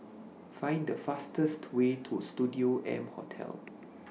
Find The fastest Way to Studio M Hotel